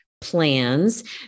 plans